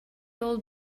old